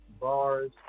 Bars